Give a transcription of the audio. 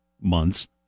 months